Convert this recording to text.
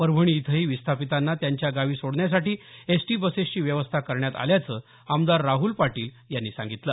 परभणी इथंही विस्थापितांना त्यांच्या गावी सोडण्यासाठी एस टी बसेसची व्यवस्था करण्यात आल्याचं आमदार राहल पाटील यांनी सांगितलं